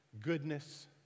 goodness